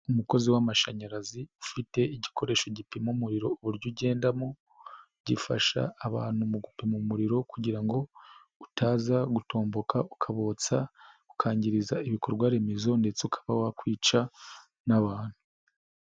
Umukozi w'amashanyarazi ufite igikoresho gipima umuriro uburyo ugendamo, gifasha abantu mu gupima umuriro kugira ngo utaza gutomboka ukabotsa, ukangiriza ibikorwa remezo ndetse ukaba wakwica n'abantu.